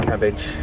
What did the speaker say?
Cabbage